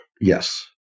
yes